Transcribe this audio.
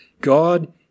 God